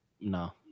No